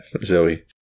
Zoe